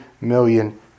million